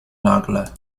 nagle